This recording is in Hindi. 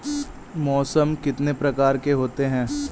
मौसम कितनी प्रकार के होते हैं?